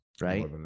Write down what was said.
right